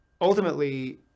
ultimately